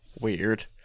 Weird